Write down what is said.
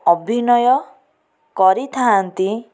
ଅଭିନୟ କରିଥାଆନ୍ତି